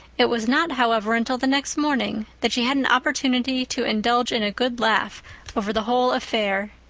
it was not, however, until the next morning that she had an opportunity to indulge in a good laugh over the whole affair.